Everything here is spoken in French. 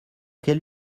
quelle